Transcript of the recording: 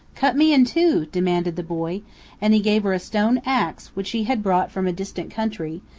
cut me in two! demanded the boy and he gave her a stone ax, which he had brought from a distant country,